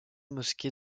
mosquée